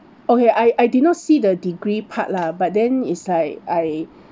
okay I I did not see the degree part lah but then is like I